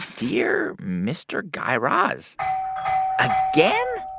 dear mr. guy raz again?